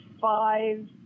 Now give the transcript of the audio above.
five